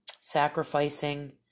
sacrificing